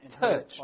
touch